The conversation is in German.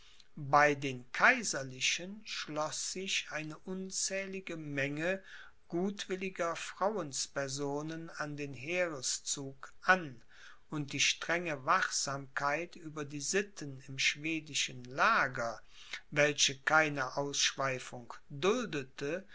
bei den kaiserlichen schloß sich eine unzählige menge gutwilliger frauenspersonen an den heereszug an und die strenge wachsamkeit über die sitten im schwedischen lager welche keine ausschweifung duldete